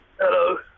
Hello